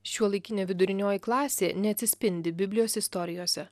šiuolaikinė vidurinioji klasė neatsispindi biblijos istorijose